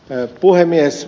arvoisa puhemies